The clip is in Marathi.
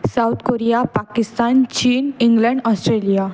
साऊथ कोरिया पाकिस्तान चीन इंग्लंड ऑस्ट्रेलिया